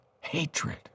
Hatred